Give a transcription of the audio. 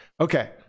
Okay